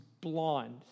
blind